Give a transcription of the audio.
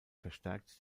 verstärkt